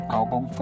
album